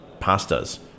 pastas